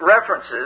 references